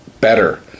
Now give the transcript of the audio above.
better